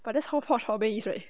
but that's how is right